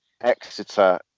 Exeter